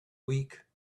week